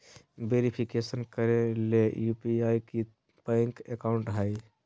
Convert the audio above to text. verification करे ले UPI ही बैंक अकाउंट हइ